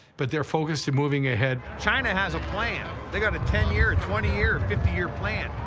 but they're focused and moving ahead. china has a plan. they got a ten-year, a twenty year, a fifty year plan.